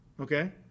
okay